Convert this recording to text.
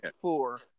four